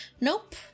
Nope